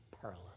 perilous